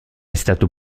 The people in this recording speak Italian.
stato